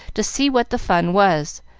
to see what the fun was,